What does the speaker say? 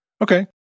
Okay